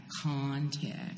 context